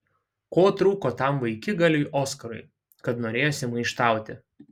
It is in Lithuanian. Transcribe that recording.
ko trūko tam vaikigaliui oskarui kad norėjosi maištauti